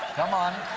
come on.